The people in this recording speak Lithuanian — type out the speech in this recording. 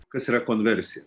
kas yra konversija